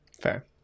Fair